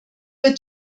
wird